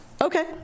Okay